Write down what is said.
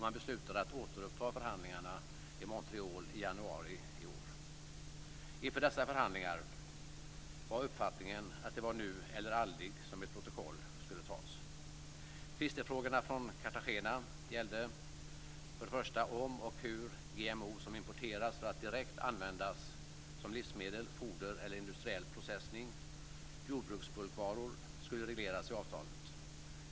Man beslutade att återuppta förhandlingarna i Montreal i januari i år. Inför dessa förhandlingar var uppfattningen att det var nu eller aldrig som ett protokoll skulle antas.